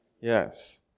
Yes